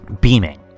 beaming